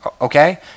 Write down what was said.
Okay